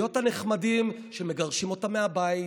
להיות הנחמדים שמגרשים אותם מהבית,